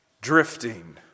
drifting